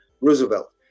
Roosevelt